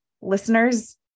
listeners